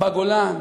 בגולן,